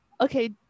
Okay